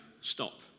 stop